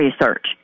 research